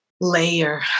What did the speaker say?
layer